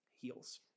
heals